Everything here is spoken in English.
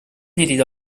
needed